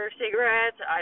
cigarettes